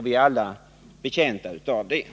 Vi är alla betjänta av detta.